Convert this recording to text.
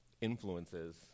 influences